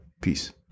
Peace